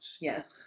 Yes